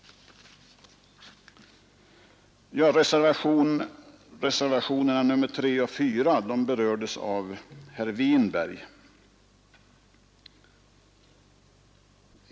Reservationerna 3 och 4 berördes av herr Winberg.